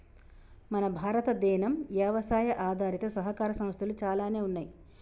మన భారతదేనం యవసాయ ఆధారిత సహకార సంస్థలు చాలానే ఉన్నయ్యి